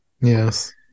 Yes